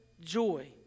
joy